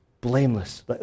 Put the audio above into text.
blameless